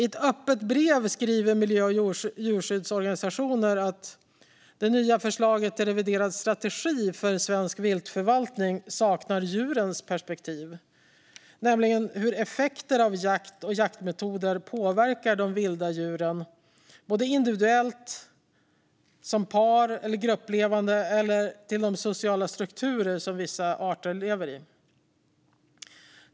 I ett öppet brev skriver miljö och djurskyddsorganisationer att det nya förslaget till reviderad strategi för en svensk viltförvaltning saknar djurens perspektiv, nämligen hur effekter av jakt och jaktmetoder påverkar de vilda djuren individuellt, som par, grupplevande eller i de sociala strukturer som vissa arter lever i.